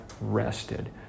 rested